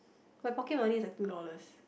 my pocket money is like two dollars